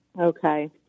Okay